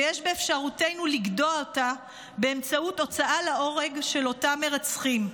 ויש באפשרותנו לגדוע אותה באמצעות הוצאה להורג של אותם מרצחים.